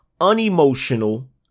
unemotional